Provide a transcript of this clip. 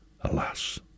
Alas